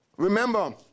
Remember